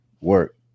work